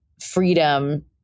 freedom